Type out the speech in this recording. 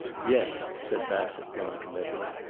yes, said bassett, noncommittally.